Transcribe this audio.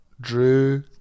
Drew